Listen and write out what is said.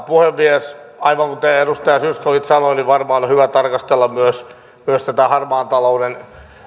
puhemies aivan kuten edustaja zyskowicz sanoi niin varmaan on hyvä tarkastella myös myös näitä harmaan talouden